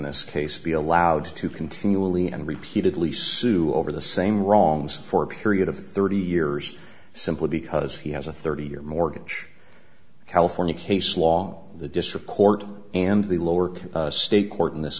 this case be allowed to continually and repeatedly sue over the same wrongs for a period of thirty years simply because he has a thirty year mortgage california case law the disappoint and the lower state court in this